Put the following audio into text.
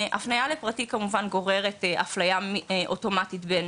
הפניה לפרטי כמובן גוררת אפליה אוטומטית בין